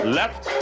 left